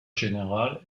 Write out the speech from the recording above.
général